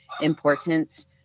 important